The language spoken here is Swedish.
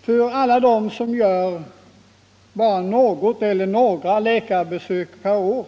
För alla dem som gör bara något eller några läkarbesök per år